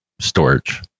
storage